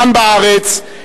כאן בארץ,